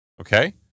Okay